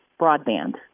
broadband